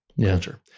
culture